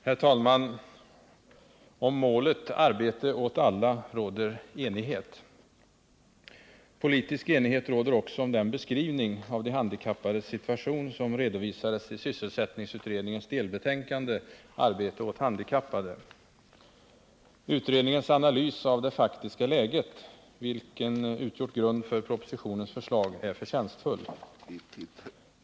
Herr talman! Om målet ”arbete åt alla” råder enighet. Politisk enighet råder också om den beskrivning av de handikappades situation som redovisades i sysselsättningsutredningens delbetänkande ”Arbete åt handikappade”. Utredningens analys av det faktiska läget, vilken utgjort grund för propositionens förslag, är förtjänstfull.